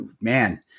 man